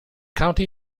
county